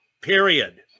Period